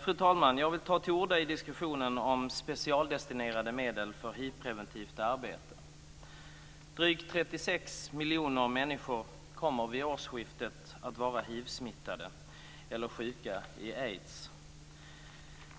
Fru talman! Jag vill ta till orda i diskussionen om specialdestinerade medel för hivpreventivt arbete. Drygt 36 miljoner människor kommer vid årsskiftet att vara hivsmittade eller sjuka i aids.